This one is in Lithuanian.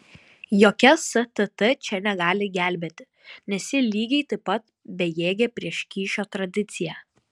jokia stt čia negali gelbėti nes ji lygiai taip pat bejėgė prieš kyšio tradiciją